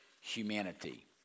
humanity